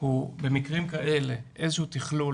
הוא במקרים כאלה איזשהו תכלול